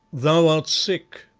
thou sick,